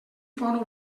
font